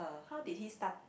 how did he start